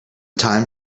thyme